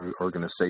organization